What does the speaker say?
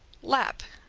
lap,